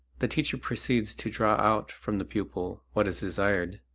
the teacher proceeds to draw out from the pupil what is desired.